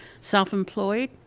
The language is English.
self-employed